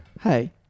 Hey